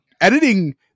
editing